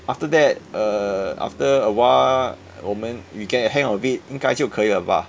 after that err after awhile 我们 we get the hang of it 应该就可以了吧